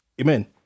Amen